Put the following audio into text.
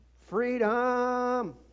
freedom